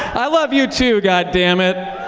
i love you too, goddamn it.